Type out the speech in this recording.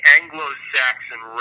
Anglo-Saxon